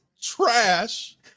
trash